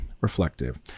Reflective